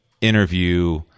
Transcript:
interview